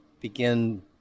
begin